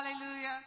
hallelujah